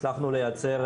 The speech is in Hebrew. הוא איתנו